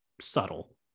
subtle